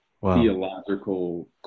theological